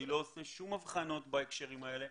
אני לא עושה שום הבחנות בהקשרים האלה.